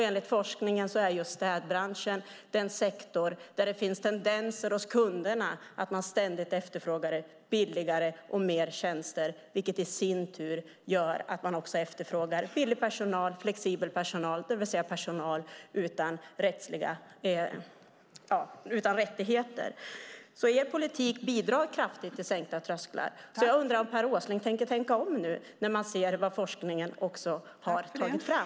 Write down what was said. Enligt forskningen är just städbranschen den sektor där det finns tendenser hos kunderna att ständigt efterfråga billigare och mer tjänster, vilket i sin tur gör att man efterfrågar billig och flexibel personal, det vill säga personal utan rättigheter. Er politik bidrar kraftigt till sänkta trösklar. Jag undrar om Per Åsling kommer att tänka om nu när man ser vad forskningen har tagit fram.